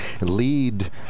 lead